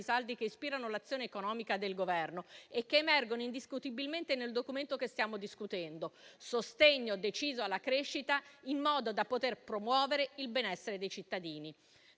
capisaldi che ispirano l'azione economica del Governo e che emergono indiscutibilmente nel documento che stiamo discutendo: sostegno deciso alla crescita, in modo da poter promuovere il benessere dei cittadini.